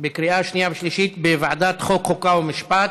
לקריאה שנייה ושלישית בוועדת החוקה, חוק ומשפט.